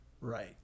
right